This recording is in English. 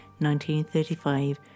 1935